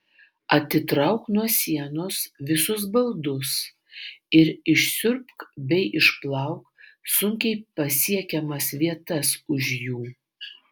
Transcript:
atitrauk nuo sienos visus baldus ir išsiurbk bei išplauk sunkiai pasiekiamas vietas už jų